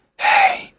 hey